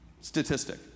statistic